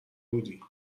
بودی